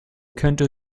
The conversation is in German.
könnte